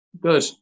good